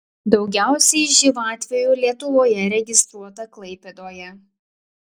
daugiausiai živ atvejų lietuvoje registruota klaipėdoje